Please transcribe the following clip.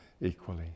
equally